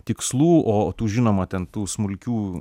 tikslų o tų žinoma ten tų smulkių